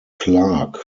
clarke